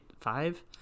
five